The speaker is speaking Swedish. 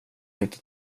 inte